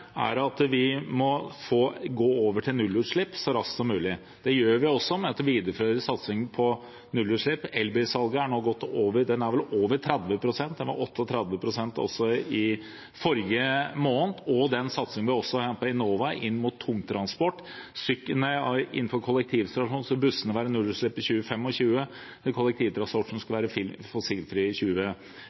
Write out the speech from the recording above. er at vi må gå over til nullutslipp så raskt som mulig. Det gjør vi ved at vi viderefører satsingen på nullutslipp – elbilsalget er nå på godt over 30 pst., det var 38 pst. i forrige måned – og også gjennom satsingen Enova har på tungtransport. Innenfor kollektivtransport skal bussene ha nullutslipp i 2025, kollektivtransporten skal være fossilfri i 2025. Det viktigste er